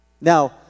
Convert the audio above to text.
Now